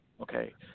okay